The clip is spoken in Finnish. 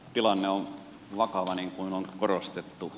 tilanne on vakava niin kuin on korostettu